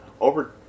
over